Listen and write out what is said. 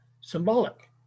symbolic